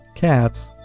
Cats